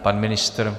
Pan ministr?